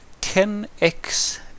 10x